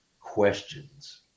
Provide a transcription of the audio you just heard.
questions